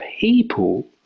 people